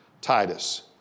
Titus